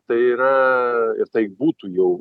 tai yra ir tai būtų jau